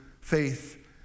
faith